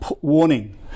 warning